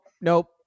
Nope